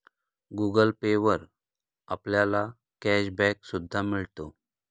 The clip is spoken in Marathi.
गुगल पे वर आपल्याला कॅश बॅक सुद्धा मिळतो